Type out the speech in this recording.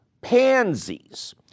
Pansies